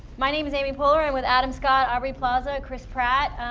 my name is amy poehler i'm with adam scott, aubrey plaza, chris pratt.